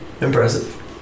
Impressive